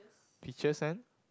peaches and